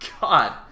god